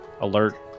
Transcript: alert